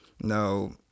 no